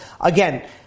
again